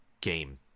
game